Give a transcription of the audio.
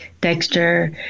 Dexter